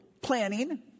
planning